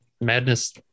madness